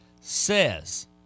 says